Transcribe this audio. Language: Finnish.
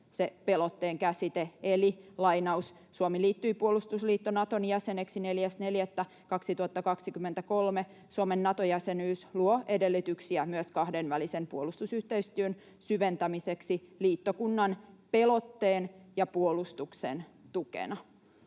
pelotteen käsite, eli: ”Suomi liittyi puolustusliitto Naton jäseneksi 4.4.2023. Suomen Nato-jäsenyys luo edellytyksiä myös kahdenvälisen puolustusyhteistyön syventämiseksi liittokunnan pelotteen ja puolustuksen tukena.”